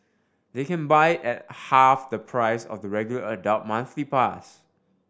they can buy at half the price of the regular adult monthly pass